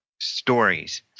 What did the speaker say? stories